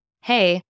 Hey